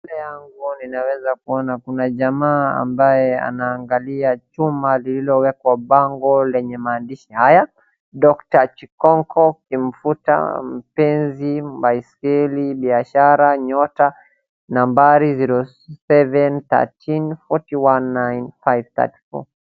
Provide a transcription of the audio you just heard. Mbele yangu ninaweza kuona kuna jamaa ambaye anaangalia chuma lilowekwa bango lenye maandishi haya, Dr Chikonko kumvuta mpezi, baisikeli, biashara nyota nambari zero, seven, thirteen, forty one, nine, Five, Thirty four.